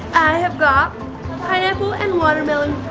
have got pineapple and watermelon